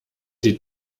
die